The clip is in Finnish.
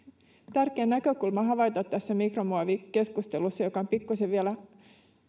tärkeä näkökulma havaita tässä mikromuovikeskustelussa joka on pikkuisen vielä